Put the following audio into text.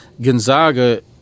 Gonzaga